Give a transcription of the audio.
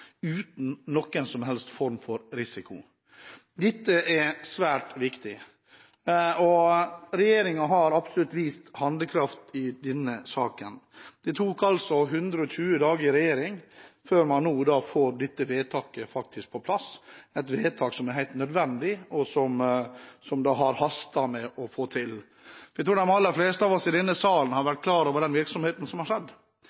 uten noen som helst form for risiko. Dette er svært viktig. Regjeringen har absolutt vist handlekraft i denne saken. Det tok 120 dager i regjering før man nå får dette vedtaket på plass, et vedtak som er helt nødvendig, og som det har hastet med å få på plass. Jeg tror de fleste av oss i denne salen har